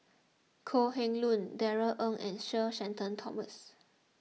Kok Heng Leun Darrell Ang and Sir Shenton Thomas